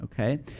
okay